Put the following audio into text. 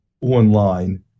online